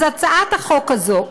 אז הצעת החוק הזאת,